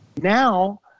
Now